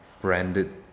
branded